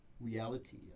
reality